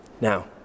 Now